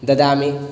ददामि